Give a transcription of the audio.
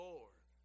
Lord